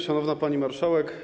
Szanowna Pani Marszałek!